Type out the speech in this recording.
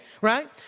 right